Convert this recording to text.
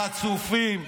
חצופים.